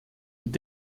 mit